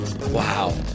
Wow